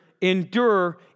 endure